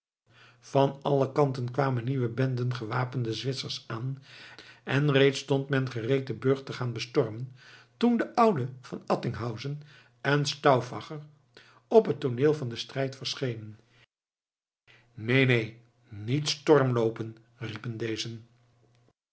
van alle kanten kwamen nieuwe benden gewapende zwitsers aan en reeds stond men gereed den burcht te gaan bestormen toen de oude van attinghausen en stauffacher op het tooneel van den strijd verschenen neen neen niet stormloopen riepen dezen